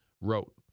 wrote